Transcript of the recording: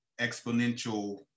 exponential